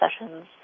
sessions